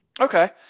Okay